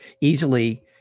easily